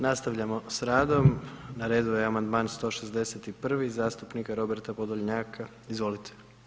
Nastavljamo s radom, na redu je amandman 161. zastupnika Roberta Podolnjaka, izvolite.